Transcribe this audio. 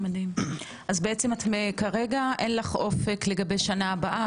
אז בעצם את כרגע אין לך אופק לגבי שנה הבאה,